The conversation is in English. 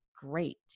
great